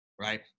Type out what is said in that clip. right